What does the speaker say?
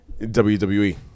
WWE